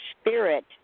spirit